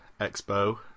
expo